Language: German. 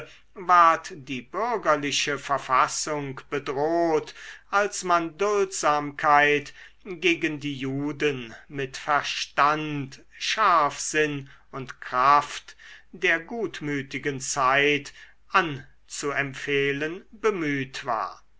ward die bürgerliche verfassung bedroht als man duldsamkeit gegen die juden mit verstand scharfsinn und kraft der gutmütigen zeit anzuempfehlen bemüht war